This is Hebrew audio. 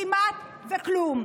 כמעט כלום.